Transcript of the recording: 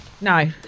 No